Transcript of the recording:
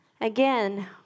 Again